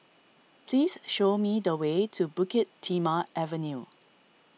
please show me the way to Bukit Timah Avenue